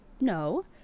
no